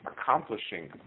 accomplishing